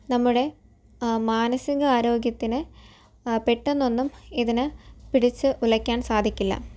നമ്മുടെ മാനസിക ആരോഗ്യത്തിന് പെട്ടെന്നൊന്നും ഇതിന് പിടിച്ച് ഉലയ്ക്കാൻ സാധിക്കില്ല